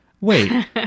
wait